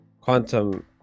quantum